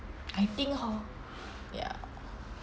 I think hor ya